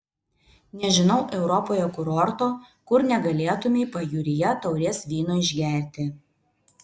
nežinau europoje kurorto kur negalėtumei pajūryje taurės vyno išgerti